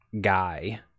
guy